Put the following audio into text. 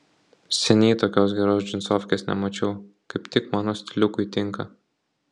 seniai tokios geros džinsofkės nemačiau kaip tik mano stiliukui tinka